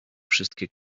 wszystkie